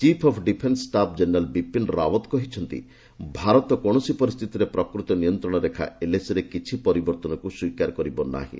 chief of defence staff general Bipin Rawat କହିଛନ୍ତି ଭାରତ କୌଣସି ପରିସ୍ଥିତିରେ ପ୍ରକୃତ ନିୟନ୍ତ୍ରଣ ରେଖା ଏଲଏସିରେ କିଛି ପରିବର୍ତ୍ତନକୁ ସ୍ୱୀକାର କରିବ ନାହିଁ